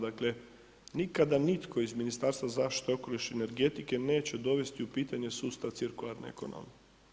Dakle, nikada nitko iz Ministarstva zaštite okoliša i energetike neće dovesti u pitanje sustav cirkularne ekonomije.